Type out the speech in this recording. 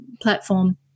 platform